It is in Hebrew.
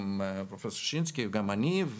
פרופ' ששינסקי וגם אני,